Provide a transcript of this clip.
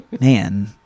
Man